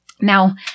Now